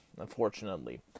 Unfortunately